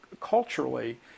culturally